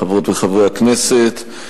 חברות וחברי הכנסת,